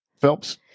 Phelps